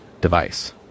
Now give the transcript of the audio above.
device